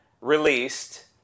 released